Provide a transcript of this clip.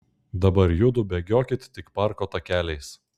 dabar judu bėgiokit tik parko takeliais